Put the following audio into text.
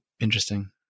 interesting